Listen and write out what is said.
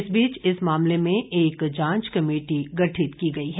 इस बीच इस मामले में एक जांच कमेटी गठित की गई है